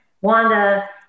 Wanda